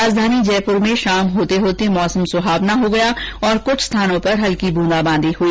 राजधानी जयपुर में शाम होते होते मौसम सुहावना हो गया और कुछ स्थानों पर हल्की ब्रेदाबांदी हई